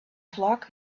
flock